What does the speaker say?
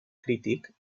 crític